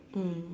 mm